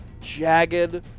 jagged